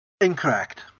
Incorrect